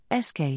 SK